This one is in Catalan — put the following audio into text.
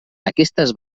aquestes